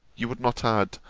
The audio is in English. you would not add,